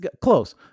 Close